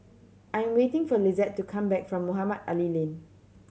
I am waiting for Lizette to come back from Mohamed Ali Lane